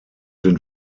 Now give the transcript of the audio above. den